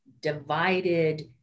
divided